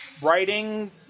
writing